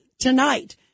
tonight